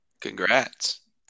Congrats